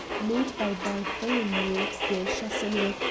made by bartholomew de chasseneux,